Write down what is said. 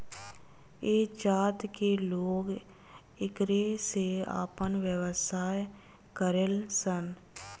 ऐह जात के लोग एकरे से आपन व्यवसाय करेलन सन